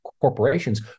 corporations